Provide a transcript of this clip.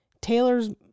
Taylor's